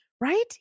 Right